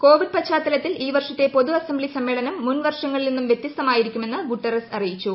Covid പശ്ചാത്തലത്തിൽ ഈ വർഷത്തെ പൊതു അസംബ്ലി സമ്മേളനം മുൻ വർഷങ്ങളിൽ നിന്നും വൃത്യസ്തമായിരിക്കുമെന്ന് ഗുട്ടെറസ് അറിയിച്ചു